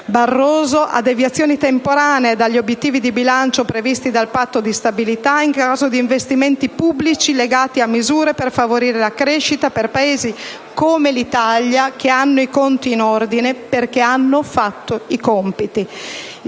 Barroso, a «deviazioni temporanee» dagli obiettivi di bilancio previsti dal Patto di stabilità in caso di investimenti pubblici legati a misure per favorire la crescita, per Paesi, come l'Italia, che hanno i conti in ordine perché hanno fatto i compiti.